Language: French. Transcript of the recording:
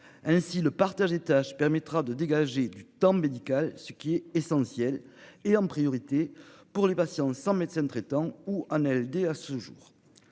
ainsi le partage des tâches, permettra de dégager du temps médical ce qui est essentiel et en priorité pour les patients sans médecin traitant ou en ALD à ce jour.